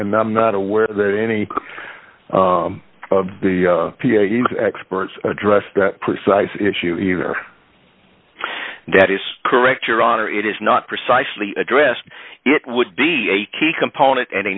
and i'm not aware that any of the experts address that precise issue either that is correct your honor it is not precisely addressed it would be a key component an